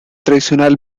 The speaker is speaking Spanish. tradicional